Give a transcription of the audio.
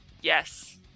Yes